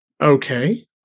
Okay